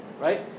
right